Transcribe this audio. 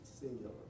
singular